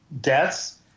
deaths –